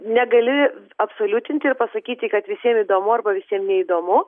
negali absoliutinti ir pasakyti kad visiem įdomu arba visiem neįdomu